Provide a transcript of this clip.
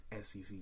SEC